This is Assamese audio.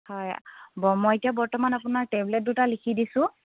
হয় মই এতিয়া বৰ্তমান আপোনাৰ টেবলেট দুটা লিখি দিছোঁ